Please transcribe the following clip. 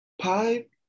pipe